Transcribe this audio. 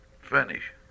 finish